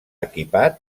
equipat